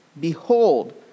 Behold